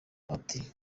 ati